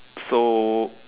so